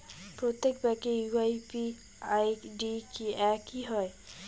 প্রত্যেক ব্যাংকের UPI ID কি একই হয়?